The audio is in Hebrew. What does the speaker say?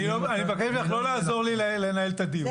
אני מבקש ממך לא לעזור לי לנהל את הדיון,